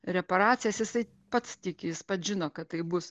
reparacijas jisai pats tiki jis pats žino kad taip bus